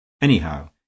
Anyhow